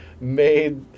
made